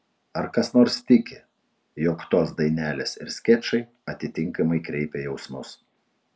ar kas nors tiki jog tos dainelės ir skečai atitinkamai kreipia jausmus